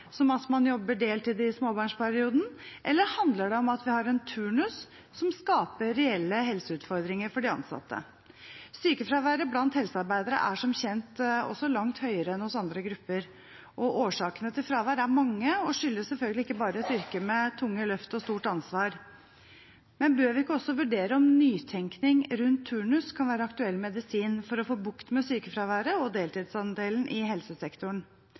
som at man jobber deltid i småbarnsperioden? Eller handler det om at vi har en turnus som skaper reelle helseutfordringer for de ansatte? Sykefraværet blant helsearbeidere er som kjent også langt høyere enn hos andre grupper. Årsakene til fravær er mange og skyldes selvfølgelig ikke bare et yrke med tunge løft og stort ansvar. Bør vi ikke også vurdere om nytenkning rundt turnus kan være aktuell medisin for å få bukt med sykefraværet og deltidsandelen i helsesektoren?